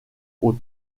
aux